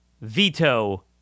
veto